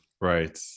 Right